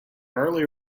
early